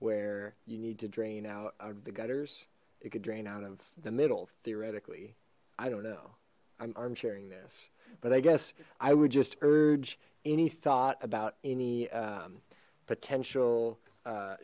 where you need to drain out out of the gutters it could drain out of the middle theoretically i don't know i'm sharing this but i guess i would just urge any thought about any potential